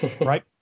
Right